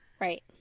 Right